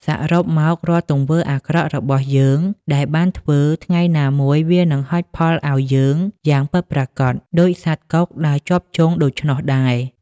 សរុបមក រាល់ទង្វើអាក្រក់របស់យើងដែលបានធ្វើ ថ្ងៃណាមួយវានឹងហុចផលអោយយើងយ៉ាងពិតប្រាកដ ដូចសត្វកុកដើរជាប់ជង់ដូច្នោះដេរ។